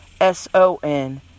S-O-N